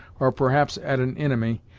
or perhaps at an inimy,